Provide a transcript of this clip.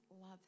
love